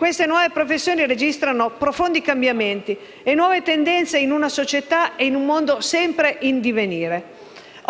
Le nuove professioni registrano profondi cambiamenti e le nuove tendenze presenti nella società e in un mondo sempre in divenire.